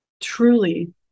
truly